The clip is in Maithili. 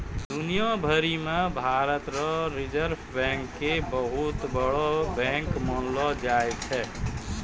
दुनिया भरी मे भारत रो रिजर्ब बैंक के बहुते बड़ो बैंक मानलो जाय छै